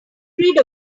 rid